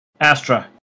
Astra